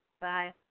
Bye